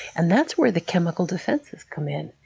and that's where the chemical defenses come in.